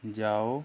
जाओ